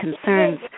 concerns